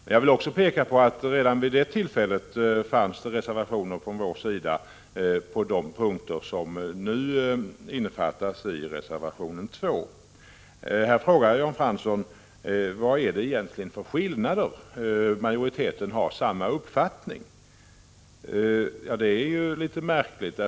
Men jag vill också peka på att redan vid det tillfället fanns det reservationer från vår sida på de punkter som nu innefattas i reservation 2. Jan Fransson frågade vad det egentligen är för skillnader, och han ansåg att majoriteten och reservanterna har samma uppfattning. Det är litet märkligt.